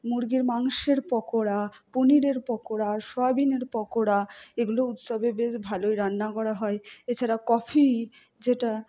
মুরগীর মাংসের পকোড়া পনিরের পকোড়া সোয়াবিনের পকোড়া এগুলো উৎসবে বেশ ভালোই রান্না করা হয় এছাড়া কফি যেটা